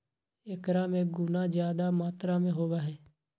एकरा में गुना जादा मात्रा में होबा हई